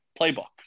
playbook